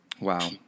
Wow